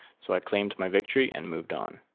so i claimed my victory and moved on.